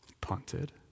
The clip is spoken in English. punted